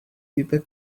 über